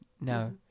No